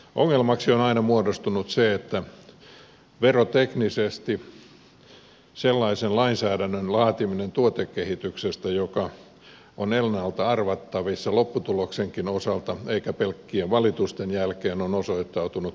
ongelmaksi on aina muodostunut se että veroteknisesti sellaisen lainsäädännön laatiminen tuotekehityksestä joka on ennalta arvattavissa lopputuloksenkin osalta eikä pelkkien valitusten jälkeen on osoittautunut vaikeaksi